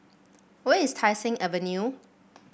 where is Tai Seng Avenue